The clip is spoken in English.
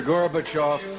Gorbachev